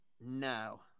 No